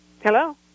Hello